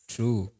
True